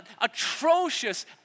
atrocious